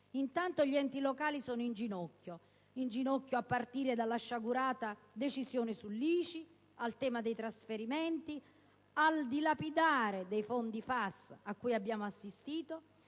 Intanto gli enti locali sono in ginocchio, a partire dalla sciagurata decisione sull'ICI, al tema dei trasferimenti, al dilapidare dei fondi FAS a cui abbiamo assistito.